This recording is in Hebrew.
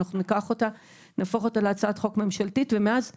אנחנו ניקח אותה ונהפוך אותה להצעת חוק ממשלתית ומאז כלום.